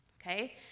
okay